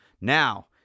Now